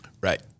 Right